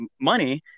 money